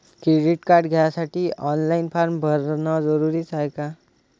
Credit card घ्यासाठी online form भरन जरुरीच हाय का?